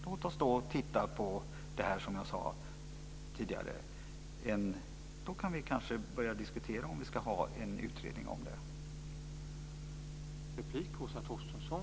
Låt oss då titta på det som jag nämnde tidigare. Då kan vi kanske börja diskutera om vi ska ha en utredning om det här.